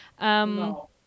No